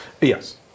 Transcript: Yes